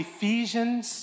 Ephesians